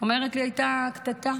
ואומרת לי: הייתה קטטה